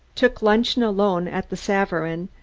took luncheon alone at the savarin,